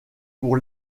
pour